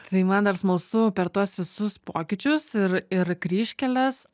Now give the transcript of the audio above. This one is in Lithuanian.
tai man dar smalsu per tuos visus pokyčius ir ir kryžkeles